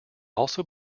also